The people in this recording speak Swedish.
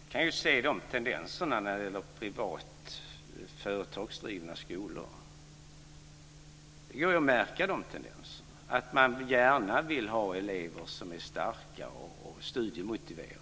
Fru talman! Vi kan se de tendenserna när det gäller privata företagsdrivna skolor. Det går att märka de tendenserna. Man vill gärna ha elever som är starka och studiemotiverade.